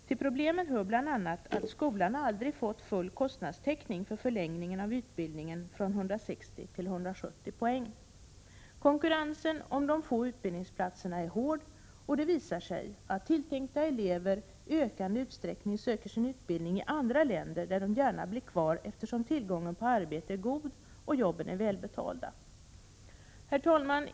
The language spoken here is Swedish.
Till problemen hör bl.a. att skolan aldrig har fått full kostnadstäckning för förlängningen av utbildningen från 160 till 170 poäng. Konkurrensen om de få utbildningsplatserna är hård, och det visar sig att tilltänkta elever i ökande utsträckning söker sin utbildning i andra länder, där de gärna blir kvar eftersom tillgången på arbete är god och jobben välbetalda. Herr talman!